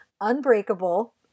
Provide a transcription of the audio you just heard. Unbreakable